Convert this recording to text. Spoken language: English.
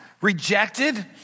rejected